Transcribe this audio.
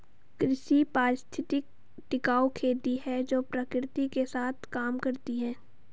कृषि पारिस्थितिकी टिकाऊ खेती है जो प्रकृति के साथ काम करती है